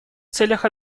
целях